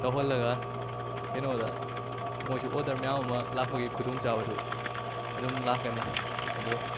ꯇꯧꯍꯜꯂꯒ ꯀꯩꯅꯣꯗ ꯃꯣꯏꯁꯨ ꯑꯣꯔꯗꯔ ꯃꯌꯥꯝ ꯑꯃ ꯂꯥꯛꯄꯒꯤ ꯈꯨꯗꯣꯡ ꯆꯥꯕꯁꯨ ꯑꯗꯨꯝ ꯂꯥꯛꯀꯅꯤ ꯑꯗꯣ